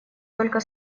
только